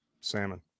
salmon